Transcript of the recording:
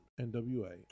NWA